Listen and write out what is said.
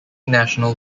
national